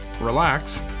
relax